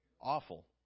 Awful